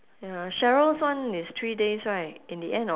ya sheryl's one is three days right in the end or